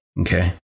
Okay